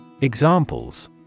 Examples